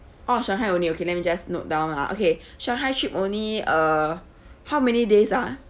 orh shanghai only okay let me just note down ah okay shanghai trip only uh how many days ah